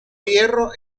hierro